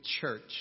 church